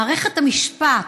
מערכת המשפט,